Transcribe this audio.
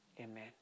Amen